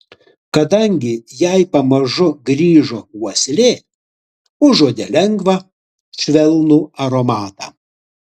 kadangi jai pamažu grįžo uoslė užuodė lengvą švelnų aromatą